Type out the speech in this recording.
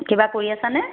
কিবা কৰি আছানে